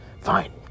Fine